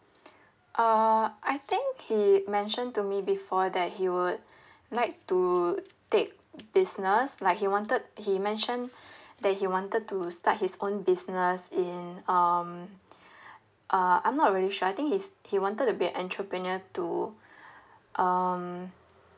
uh I think he mentioned to me before that he would like to take business like he wanted he mentioned that he wanted to start his own business in um uh I'm not really sure I think he's he wanted to be an entrepreneur to um